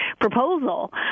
proposal